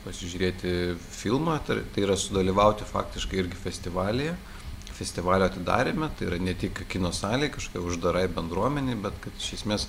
pasižiūrėti filmą tai tai yra sudalyvauti faktiškai irgi festivalyje festivalio atidaryme tai yra ne tik kino salėj kažkokioj uždaroj bendruomenėj bet kad išesmės